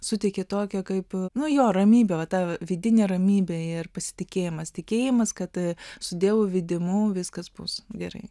suteikė tokią kaip nuo jo ramybę va tą vidinė ramybė ir pasitikėjimas tikėjimas kad su dievo vedimu viskas bus gerai